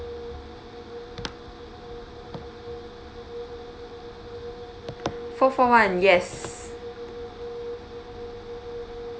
four four one yes